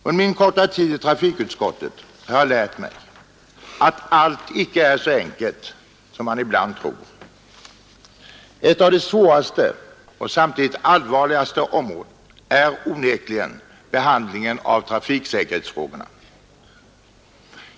Under min korta tid i trafikutskottet har jag lärt mig att allt icke är så enkelt som man ibland tror. Ett av de svåraste och samtidigt allvarligaste områdena är onekligen behandlingen av trafiksäkerhetsfrågorna.